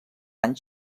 anys